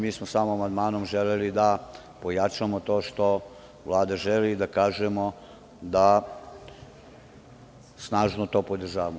Mi smo samo amandmanom želeli da pojačamo to što Vlada želi i da kažemo da snažno to podržavamo.